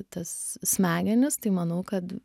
tas smegenis tai manau kad